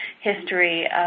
history